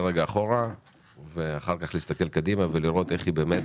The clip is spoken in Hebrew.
אחורה ואחר כך להסתכל קדימה ולראות איך היא באמת